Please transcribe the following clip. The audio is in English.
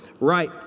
right